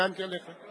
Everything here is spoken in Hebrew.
הגנתי עליך.